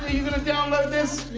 you going to download this?